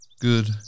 Good